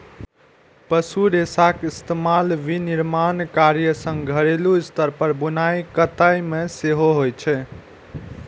पशु रेशाक इस्तेमाल विनिर्माण कार्यक संग घरेलू स्तर पर बुनाइ कताइ मे सेहो होइ छै